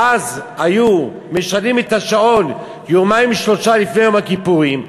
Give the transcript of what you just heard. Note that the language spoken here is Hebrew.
שאז היו משנים את השעון יומיים-שלושה לפני יום הכיפורים,